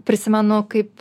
prisimenu kaip